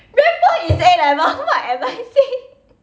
rank point is A-level what am I saying